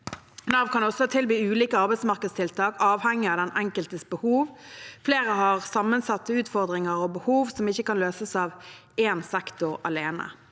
Nav kan også tilby ulike arbeidsmarkedstiltak avhengig av den enkeltes behov. Flere har sammensatte utfordringer og behov som ikke kan løses av én sektor alene.